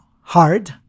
hard